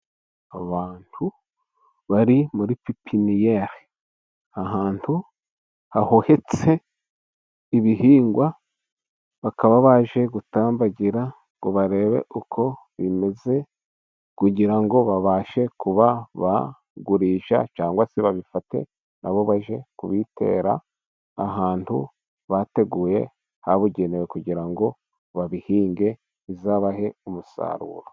Abantu bari muri pepiniyeri, ahantu hahohetse ibihingwa, bakaba baje gutambagira ngo barebe uko bimeze, kugira ngo babashe kuba bagurisha, cyangwa se babifate na bo bajye kubitera ahantu bateguye habugenewe, kugira ngo babihinge bizabahe umusaruro.